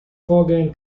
vorgehen